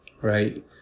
right